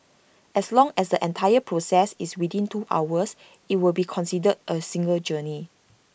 as long as the entire process is within two hours IT will be considered A single journey